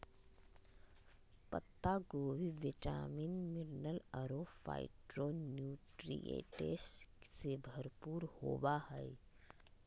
पत्ता गोभी vitamin, mineral अरो फाइटोन्यूट्रिएंट्स से भरपूर होबा हइ